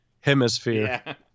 Hemisphere